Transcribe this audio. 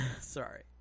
Sorry